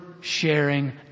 sharing